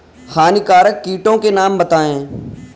हानिकारक कीटों के नाम बताएँ?